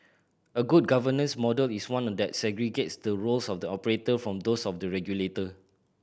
a good governance model is one that segregates the roles of the operator from those of the regulator